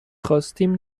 خواستیم